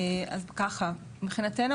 אז ככה: מבחינתנו,